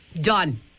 Done